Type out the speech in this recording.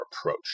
approach